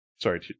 Sorry